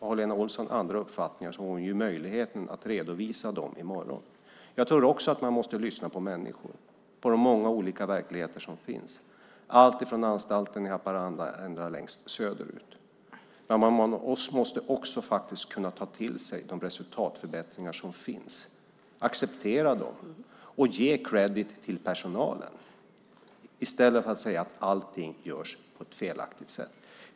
Har Lena Olsson andra uppfattningar har hon ju möjligheten att redovisa dem i morgon. Jag tror också att man måste lyssna på människor från de många olika verkligheter som finns, alltifrån anstalten i Haparanda och ända längst söderut. Men man måste också kunna ta till sig de resultatförbättringar som finns, acceptera dem och ge kredit till personalen i stället för att säga att allting görs på ett felaktigt sätt.